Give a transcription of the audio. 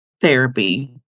therapy